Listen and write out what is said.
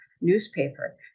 newspaper